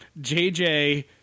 jj